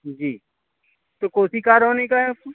جی تو کون سی کار ہونی کا ہے آپ کو